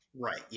Right